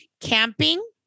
camping